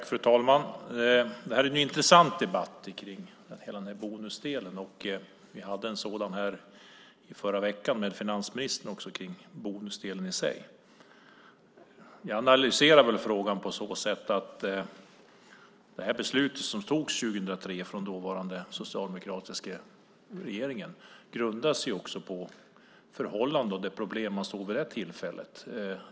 Fru talman! Debatten om bonus är intressant. Vi hade en sådan debatt här i förra veckan med finansministern. Jag analyserar frågan på så sätt att det beslut som 2003 togs av den socialdemokratiska regeringen grundade sig på förhållanden och problem som man såg vid det tillfället.